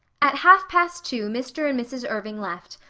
at half past two mr. and mrs. irving left,